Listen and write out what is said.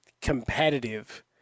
competitive